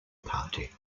party